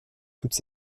toutes